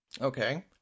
Okay